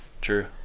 true